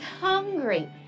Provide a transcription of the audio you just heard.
hungry